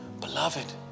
Beloved